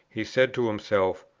he said to himself,